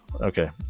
Okay